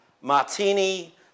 Martini